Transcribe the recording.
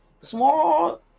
Small